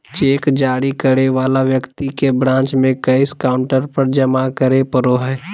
cheque जारी करे वाला व्यक्ति के ब्रांच में कैश काउंटर पर जमा करे पड़ो हइ